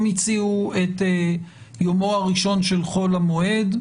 הם הציעו את יומו הראשון של חול המועד,